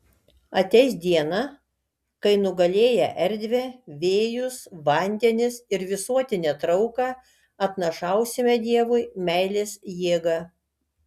ateis diena kai nugalėję erdvę vėjus vandenis ir visuotinę trauką atnašausime dievui meilės jėgą